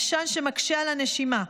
עשן שמקשה על הנשימה.